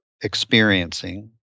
experiencing